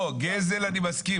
לא, גזל אני מסכים.